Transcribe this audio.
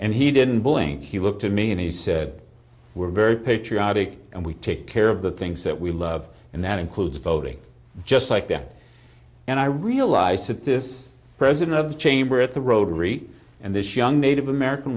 and he didn't blink he looked to me and he said we're very patriotic and we take care of the things that we love and that includes voting just like that and i realized that this president of the chamber at the rotary and this young native american